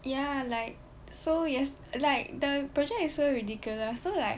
ya like so yes like the project it's so ridiculous so like